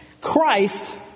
Christ